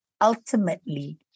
ultimately